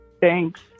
Thanks